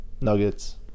Nuggets